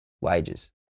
wages